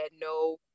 no